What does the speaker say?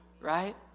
right